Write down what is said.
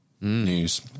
news